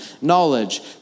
knowledge